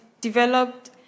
developed